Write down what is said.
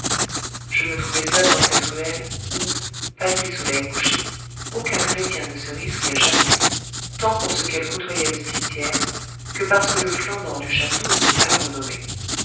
je me trouvai seul dans cette ruelle où passé soleil couché aucun chrétien ne se risquait jamais tant pour ce qu'elle côtoyait le cimetière que parce que le flanc nord du château était mal renommé